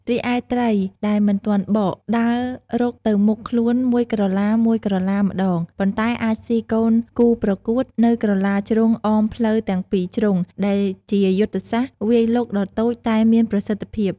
រីឯ ត្រី ដែលមិនទាន់បក ដើររុកទៅមុខខ្លួនមួយក្រឡាៗម្តង ប៉ុន្តែអាចស៊ីកូនគូប្រកួតនៅក្រឡាជ្រុងអមផ្លូវទាំងពីរជ្រុង ដែលជាយុទ្ធសាស្ត្រវាយលុកដ៏តូចតែមានប្រសិទ្ធភាព។